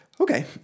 Okay